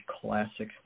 classic